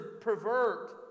pervert